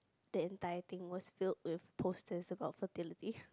the entire thing was filled with posters about fertility